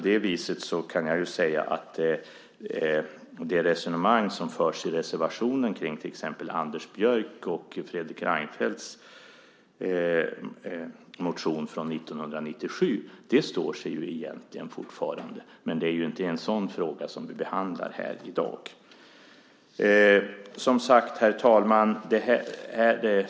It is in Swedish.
Det resonemang som förs i reservationen kring till exempel Anders Björcks och Fredrik Reinfeldts motion från 1997 står sig egentligen fortfarande, men det är inte en sådan fråga vi behandlar här i dag. Herr talman!